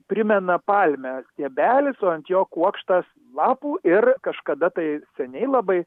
primena palmę stiebelis o ant jo kuokštas lapų ir kažkada tai seniai labai